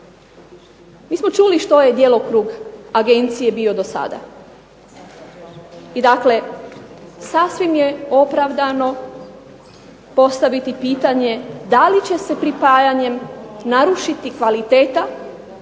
Mi smo čuli što je djelokrug agencije bio do sada i dakle sasvim je opravdano postaviti pitanje, da li će se pripajanjem narušiti kvaliteta